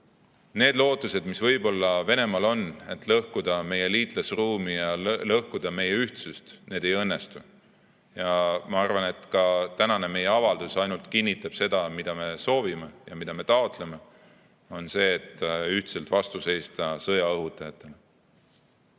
need lootused, mis võib-olla Venemaal on, et lõhkuda meie liitlasruumi, lõhkuda meie ühtsust, need ei [täitu]. Ma arvan, et ka meie tänane avaldus ainult kinnitab seda, mida me soovime ja mida me taotleme: ühtselt vastu seista sõjaõhutajatele.